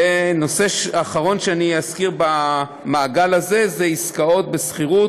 ונושא אחרון שאזכיר במעגל הזה זה עסקאות בשכירות.